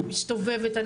אני מסתובבת,